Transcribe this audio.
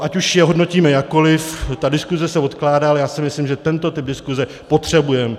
Ať už je hodnotíme jakkoliv, ta diskuze se odkládá, ale já si myslím, že tento typ diskuze potřebujeme.